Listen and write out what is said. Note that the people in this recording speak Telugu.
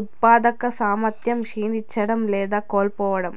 ఉత్పాదక సామర్థ్యం క్షీణించడం లేదా కోల్పోవడం